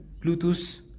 Bluetooth